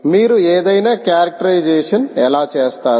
మీరు ఏదైనా క్యారెక్టరైజేషన్ఎలా చేస్తారు